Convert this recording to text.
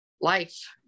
life